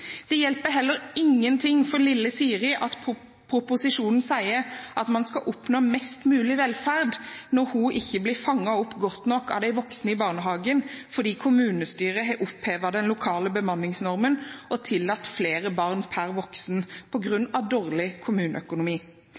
Det hjelper heller ingenting for lille Siri at proposisjonen sier at man skal «oppnå mest mulig velferd», når hun ikke blir fanget opp godt nok av de voksne i barnehagen fordi kommunestyret har opphevet den lokale bemanningsnormen og tillatt flere barn per voksen på grunn av dårlig kommuneøkonomi.